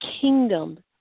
kingdom